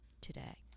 today